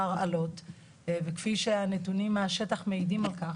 הרעלות וכפי שהנתונים מהשטח מעידים על כך,